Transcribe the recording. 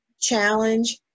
challenge